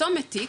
צומת טי,